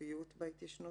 סופיות בהתיישנות,